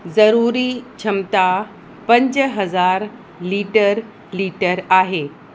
ज़रूरी क्षमता पंज हज़ार लीटर लीटर आहे